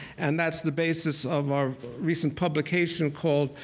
and that's the basis of our recent publication called,